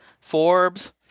Forbes